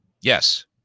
Yes